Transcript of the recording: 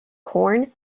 corn